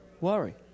worry